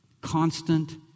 constant